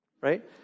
right